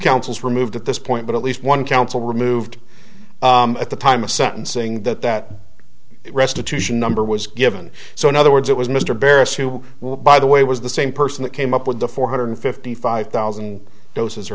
councils removed at this point but at least one council removed at the time of sentencing that that restitution number was given so in other words it was mr barrett who will by the way was the same person that came up with the four hundred fifty five thousand doses or